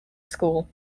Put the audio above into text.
school